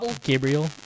Gabriel